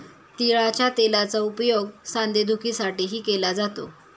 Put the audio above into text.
तिळाच्या तेलाचा उपयोग सांधेदुखीसाठीही केला जातो